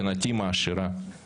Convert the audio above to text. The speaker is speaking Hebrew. בקדנציה הקודמת חוק